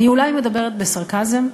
אני אולי מדברת בסרקזם,